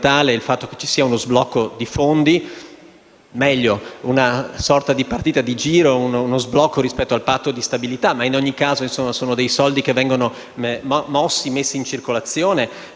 il fatto che ci sia una sorta di partita di giro e uno sblocco rispetto al patto di stabilità, ma in ogni caso sono dei soldi che vengono mossi e messi in circolazione.